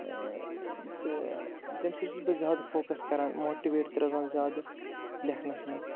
تہٕ تَمہِ سۭتۍ چھُس بہٕ زیادٕ فوکَس کَران ماٹِویٹ تہِ روزان زیادٕ لیکھنَس منٛز